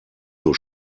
nur